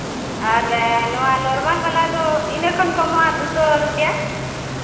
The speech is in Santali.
ᱟᱨ ᱱᱚᱣᱟ ᱱᱚᱨᱢᱟᱞ ᱵᱟᱞᱟ ᱫᱚ ᱤᱱᱟᱹ ᱠᱷᱚᱱ ᱠᱚᱢᱚᱜᱼᱟ ᱫᱩᱥᱚ ᱨᱩᱯᱭᱟ